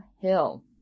Hill